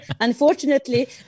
Unfortunately